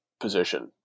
position